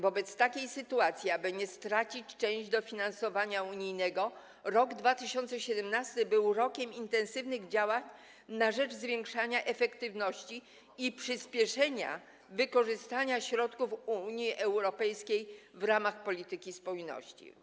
Wobec takiej sytuacji, aby nie stracić części dofinansowania unijnego, rok 2017 był rokiem intensywnych działań na rzecz zwiększania efektywności i przyspieszenia wykorzystania środków Unii Europejskiej w ramach polityki spójności.